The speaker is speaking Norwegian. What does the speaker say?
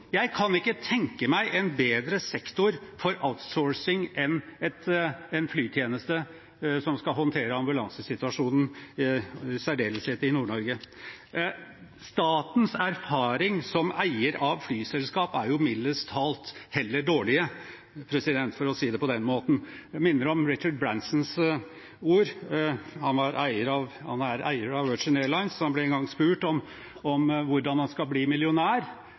Jeg kan ikke tenke meg en bedre sektor for outsourcing enn en flytjeneste som skal håndtere ambulansesituasjonen, i særdeleshet i Nord-Norge. Statens erfaring som eier av flyselskap er mildest talt heller dårlige – for å si det på den måten. Jeg minner om Richard Bransons ord, han er eier av Virgin Atlantic Airways. Han ble en gang spurt om hvordan man kan bli millionær.